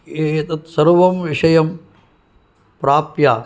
एतत् सर्वं विषयं प्राप्य